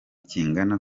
kingana